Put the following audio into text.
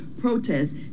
protests